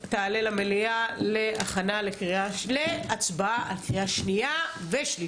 0 ההצעה אושרה הצעת החוק תעלה למליאה להצבעה על קריאה שנייה ושלישית.